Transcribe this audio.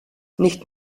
nicht